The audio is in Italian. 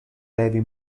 levi